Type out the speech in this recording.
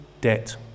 debt